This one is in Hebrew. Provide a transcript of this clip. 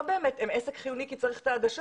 הם עסק חיוני כי צריך את העדשות,